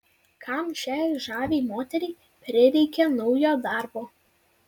kam šiai žaviai moteriai prireikė naujo darbo